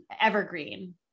Evergreen